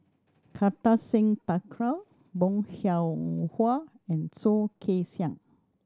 Kartar Singh Thakral Bong Hiong Hwa and Soh Kay Siang